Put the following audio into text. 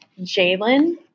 Jalen